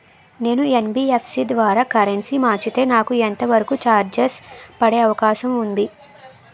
నేను యన్.బి.ఎఫ్.సి ద్వారా కరెన్సీ మార్చితే నాకు ఎంత వరకు చార్జెస్ పడే అవకాశం ఉంది?